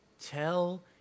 tell